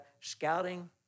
scouting